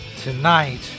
tonight